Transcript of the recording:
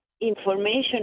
information